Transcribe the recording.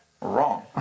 Wrong